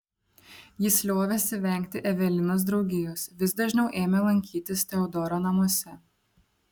jis liovėsi vengti evelinos draugijos vis dažniau ėmė lankytis teodoro namuose